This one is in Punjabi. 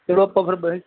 ਚੱਲੋ ਆਪਾਂ ਫਿਰ ਬਹੇ